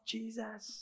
Jesus